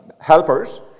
helpers